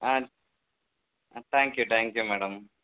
ah uh thank you thank you madam